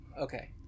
Okay